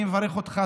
אני מברך אותך,